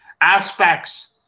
aspects